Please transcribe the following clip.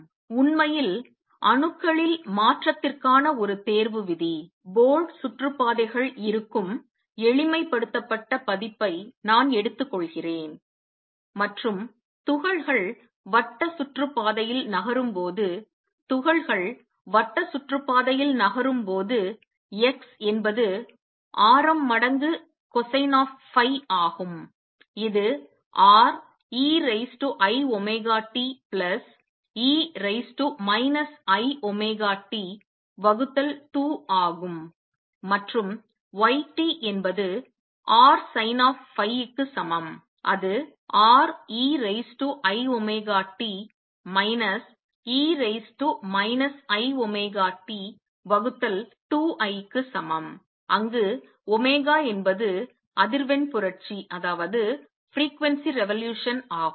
உண்மையில் அணுக்களில் மாற்றத்திற்கான ஒரு தேர்வு விதி போர்டு சுற்றுப்பாதைகள் இருக்கும் எளிமைப்படுத்தப்பட்ட பதிப்பை நான் எடுத்துக்கொள்கிறேன் மற்றும் துகள்கள் வட்ட சுற்றுப்பாதையில் நகரும்போது துகள்கள் வட்ட சுற்றுப்பாதையில் நகரும்போது x என்பது ஆரம் மடங்கு cosine of phi ஆகும் இது R e raise to i omega t plus e raise to minus I omega t வகுத்தல் 2 ஆகும் மற்றும் y t என்பது R sin of phi க்கு சமம் அது R e raise to i omega t minus e raise to minus i omega t வகுத்தல் 2 i க்கு சமம் அங்கு ஒமேகா என்பது அதிர்வெண் புரட்சி ஆகும்